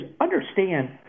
understand